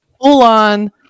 full-on